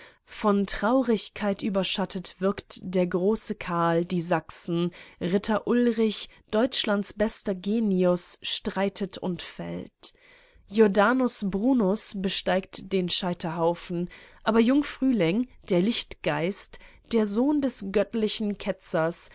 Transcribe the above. von traurigkeit überschattet würgt der große karl die sachsen ritter ulrich deutschlands bester genius streitet und fällt jordanus brunus besteigt den scheiterhaufen aber jung-frühling der lichtgeist der sohn des göttlichen ketzers